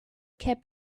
cap